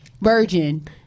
virgin